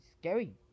scary